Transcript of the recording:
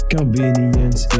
Convenience